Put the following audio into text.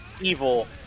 evil